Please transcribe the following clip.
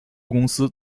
公司